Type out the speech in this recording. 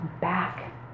back